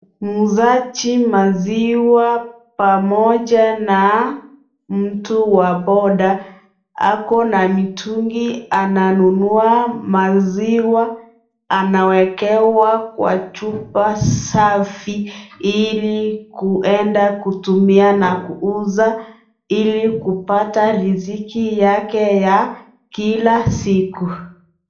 Muuzaji maziwa pamoja na mtu wa boda ,ako na mitungi, ananunua maziwa, anawekewa kwa chupa safi ili kuenda kutumia na kuuza, ili kupata riziki yake ya kila siku.